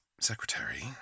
secretary